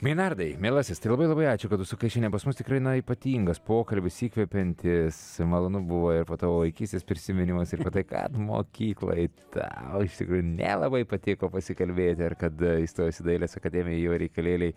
meinardai mielasis tai labai labai ačiū kad užsukai šiandien pas mus tikrai na ypatingas pokalbis įkvepiantis malonu buvo ir po tavo vaikystės prisiminimus ir apie tai kad mokykloj tau iš tikrųjų nelabai patiko pasikalbėti ar kad įstojus į dailės akademiją jau reikalėliai